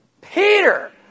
Peter